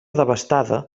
desbastada